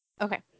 Okay